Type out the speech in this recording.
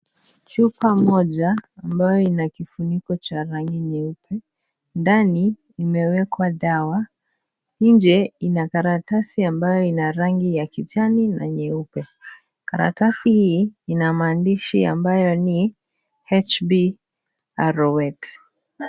Chupa moja ambayo iko na kifuniko cha rangi nyeupe. Ndani imewekwa dawa. Nje ina karatasi ambayo ina rangi ya kijani na nyeupe. Karatasi hii ina maandishi ambayo ni HPROX.